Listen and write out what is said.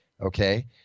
okay